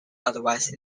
otherwise